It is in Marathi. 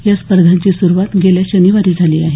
या स्पर्धांची सुरुवात गेल्या शनिवारी झाली आहे